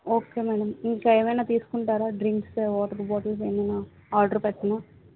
okay madam ఇంక ఏమైనా తీసుకుంటారా డ్రింక్స్ వాటర్ బాటిల్స్ ఏమైనా ఆర్డర్ పెట్టనా